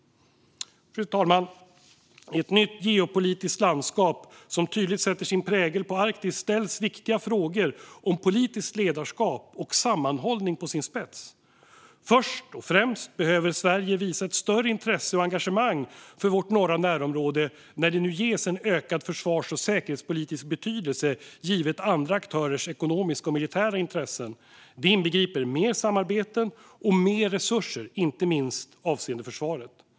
Fru talman! I ett nytt geopolitiskt landskap som tydligt sätter sin prägel på Arktis ställs viktiga frågor om politiskt ledarskap och sammanhållning på sin spets. Först och främst behöver Sverige visa ett större intresse och engagemang för vårt norra närområde när det nu ges en ökad försvars och säkerhetspolitisk betydelse givet andra aktörers ekonomiska och militära intressen. Det inbegriper mer samarbete och mer resurser, inte minst avseende försvaret.